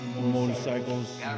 motorcycles